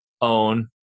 own